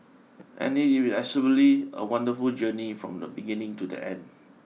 and it is absolutely a wonderful journey from the beginning to the end